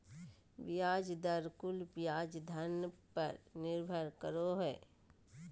ब्याज दर कुल ब्याज धन पर निर्भर करो हइ